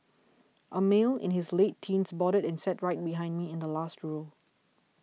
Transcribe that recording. a male in his late teens boarded and sat right behind me in the last row